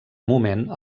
moment